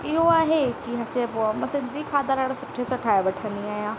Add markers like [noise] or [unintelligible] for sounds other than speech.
इहो आहे की [unintelligible] मां सिंधी खाधा ॾाढा सुठे सां ठाहे वठंदी आहियां